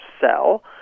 sell